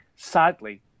Sadly